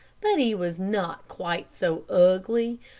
but he was not quite so ugly,